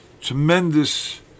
tremendous